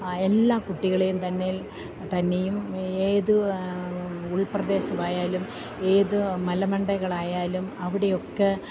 എല്ലാ കുട്ടികളെയും തന്നെയും ഏത് ഉൾപ്രദേശമായാലും ഏതു മലമണ്ടകളായാലും അവിടെയൊക്കെ